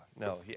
no